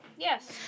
Yes